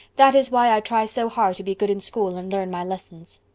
that is why i try so hard to be good in school and learn my lessuns.